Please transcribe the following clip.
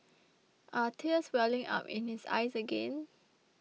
are tears welling up in his eyes again